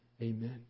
Amen